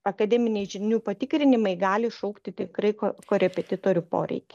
akademiniai žinių patikrinimai gali iššaukti tikrai korepetitorių poreikį